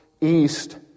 East